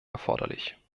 erforderlich